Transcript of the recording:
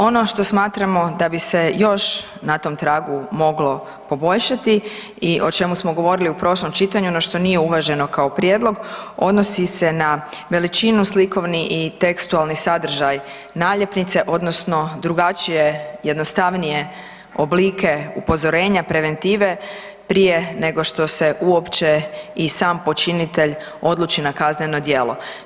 Ono što smatramo da bi se još na tom tragu moglo poboljšati i o čemu smo govorili u prošlom čitanju, no što nije uvaženo kao prijedlog odnosi se na veličinu slikovni i tekstualni sadržaj naljepnice, odnosno drugačije, jednostavnije oblike upozorenja, preventive prije nego što se uopće i sam počinitelj odluči na kazneno djelo.